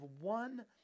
one